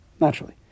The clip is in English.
Naturally